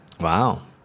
Wow